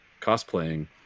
cosplaying